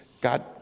God